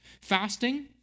fasting